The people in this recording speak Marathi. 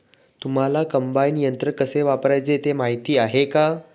तुम्हांला कम्बाइन यंत्र कसे वापरायचे ते माहीती आहे का?